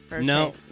No